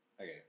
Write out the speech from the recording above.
Okay